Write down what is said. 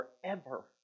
forever